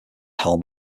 helm